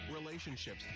relationships